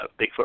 Bigfoot